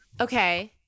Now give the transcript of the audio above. Okay